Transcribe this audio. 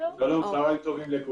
צוהריים טובים.